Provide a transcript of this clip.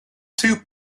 two